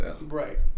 Right